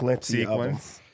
sequence